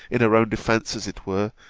in her own defence as it were,